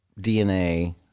DNA